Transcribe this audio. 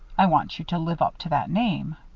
i want you to live up to that name.